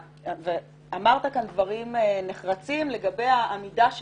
אמרת כאן דברים נחרצים לגבי העמידה שלך,